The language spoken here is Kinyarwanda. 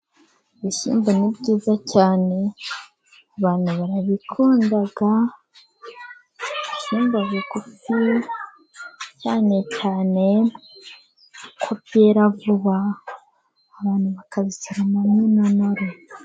Ibishyimbo ni byiza cyane, abantu barabikunda, ibshyimba bugufi cyane cyane kuko byera vuba, abantu bakabisomamo intonore.